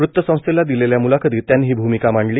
वृत्तसंस्थेला दिलेल्या म्लाखतीत त्यांनी ही भूमिका मांडली